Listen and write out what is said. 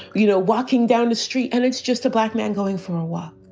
you know, walking down the street and it's just a black man going for a walk.